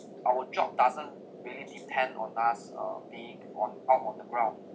our job doesn't really depend on us uh being on out on the ground